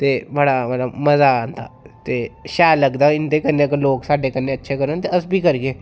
ते बड़ा बड़ा मज़ा आंदा ते शैल लगदा इं'दे कन्नै लोक साढ़ै कन्नै अच्छा करन अस बी करगे